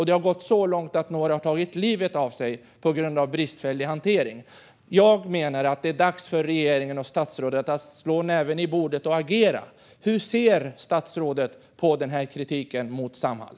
Det har gått så långt att några har tagit livet av sig på grund av bristfällig hantering. Jag menar att det är dags för regeringen och statsrådet att slå näven i bordet och agera. Hur ser statsrådet på kritiken mot Samhall?